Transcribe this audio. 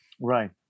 right